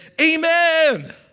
Amen